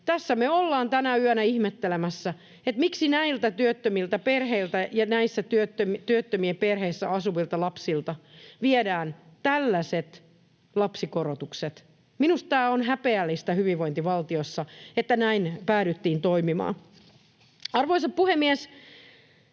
Tässä me ollaan tänä yönä ihmettelemässä, miksi näiltä työttömiltä perheiltä ja näissä työttömien perheissä asuvilta lapsilta viedään tällaiset lapsikorotukset. Minusta on häpeällistä hyvinvointivaltiossa, että näin päädyttiin toimimaan. Arvoisa puhemies!